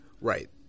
Right